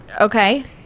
Okay